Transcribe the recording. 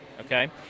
Okay